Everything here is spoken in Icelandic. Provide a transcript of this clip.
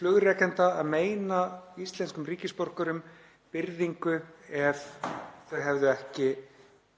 flugrekenda að meina íslenskum ríkisborgurum um byrðingu ef þau hefðu ekki